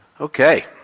Okay